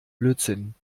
blödsinn